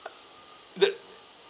uh the